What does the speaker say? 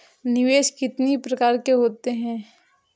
निवेश कितनी प्रकार के होते हैं?